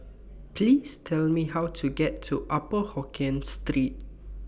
Please Tell Me How to get to Upper Hokkien Street